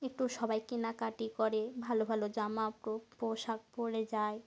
একটু সবাই কেনাকাটি করে ভালো ভালো জামা পোশাক পরে যায়